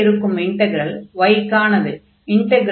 உள்ளே இருக்கும் integral y க்கானது